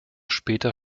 später